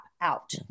out